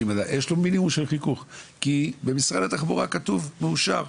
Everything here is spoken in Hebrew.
כי במשרד התחבורה כתוב מאושר,